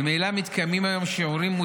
ממילא מתקיימים היום שיעורים,